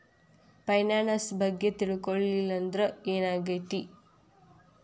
Finance ಬಗ್ಗೆ ತಿಳ್ಕೊಳಿಲ್ಲಂದ್ರ ಏನಾಗ್ತೆತಿ?